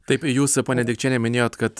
taip jūs ponia dikčiene minėjot kad